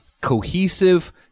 cohesive